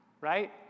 right